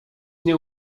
nie